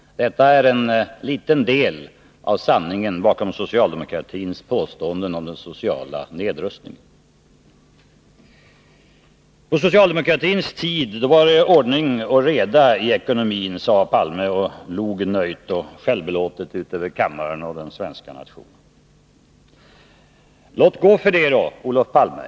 Detta är en liten del av sanningen bakom socialdemokratins påståenden om den sociala nedrustningen. På socialdemokratins tid var det ordning och reda i ekonomin, sade Olof Palme och log nöjt och självbelåtet ut mot kammaren och den svenska nationen. Låt gå för det, Olof Palme.